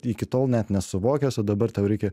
iki tol net nesuvokęs o dabar tau reikia